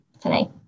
today